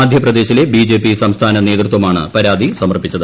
മധ്യപ്രദേശിലെ B J P സംസ്ഥാന നേതൃത്വമാണ് പരാതി സമർപ്പിച്ചത്